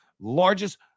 largest